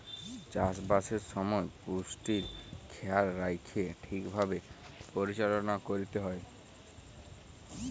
চাষবাসের সময় পুষ্টির খেয়াল রাইখ্যে ঠিকভাবে পরিচাললা ক্যইরতে হ্যয়